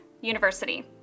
University